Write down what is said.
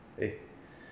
eh